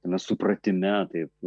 tame supratime taip